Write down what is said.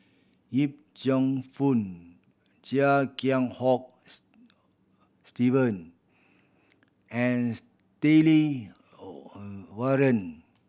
Yip Cheong Fun Chia Kiah Hong Steven and Stanley Warren